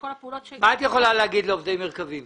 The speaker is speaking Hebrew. מה את יכולה לומר לעובדי מרכבים?